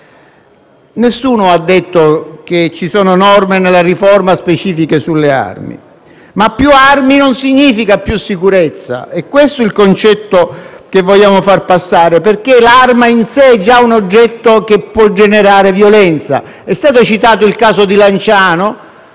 Nessuno ha detto che nella riforma ci sono norme specifiche sulle armi, ma più armi non significa più sicurezza: è questo il concetto che vogliamo far passare, perché l'arma in sé è già un oggetto che può generare violenza. È stato citato il caso di Lanciano.